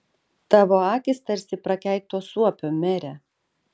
tavo akys tarsi prakeikto suopio mere